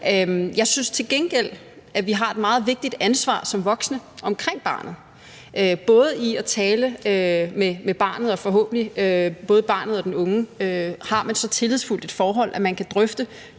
Jeg synes til gengæld, at vi har et meget stort ansvar som voksne omkring barnet, både med hensyn til at tale med barnet eller den unge, som man forhåbentlig har så tillidsfuldt et forhold til, at man kan drøfte